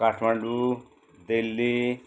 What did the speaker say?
Kathmandu Delhi